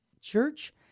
Church